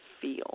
feel